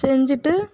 செஞ்சிவிட்டு